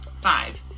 Five